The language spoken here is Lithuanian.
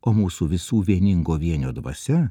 o mūsų visų vieningo vienio dvasia